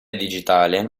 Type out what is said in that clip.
digitale